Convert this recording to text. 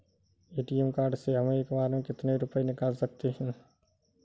ATM card से हम एक बार में कितने रुपये निकाल सकते हैं?